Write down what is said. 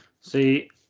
see